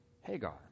Hagar